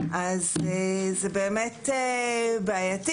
זה בעייתי.